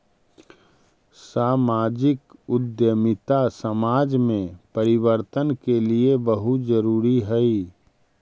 सामाजिक उद्यमिता समाज में परिवर्तन के लिए बहुत जरूरी हई